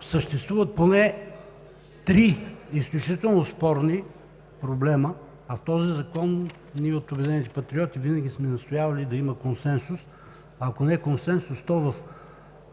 Съществуват поне три изключително спорни проблема, а в този закон, от „Обединени патриоти“ винаги сме настоявали да има консенсус, ако не консенсус, то в